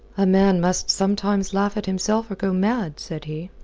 a man must sometimes laugh at himself or go mad, said he.